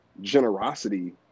generosity